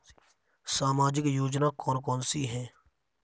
सामाजिक योजना कौन कौन सी हैं?